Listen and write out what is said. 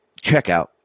checkout